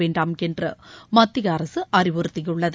வேண்டாம் என்று மத்திய அரசு அறிவுறுத்தியுள்ளது